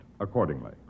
accordingly